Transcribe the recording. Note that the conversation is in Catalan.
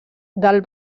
del